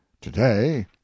Today